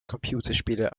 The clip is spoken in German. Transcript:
computerspiele